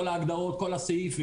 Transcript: כל הסעיף,